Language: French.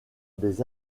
des